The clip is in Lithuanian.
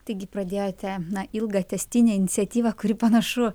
taigi pradėjote ilgą tęstinę iniciatyvą kuri panašu